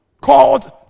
Called